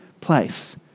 place